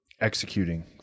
executing